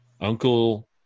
uncle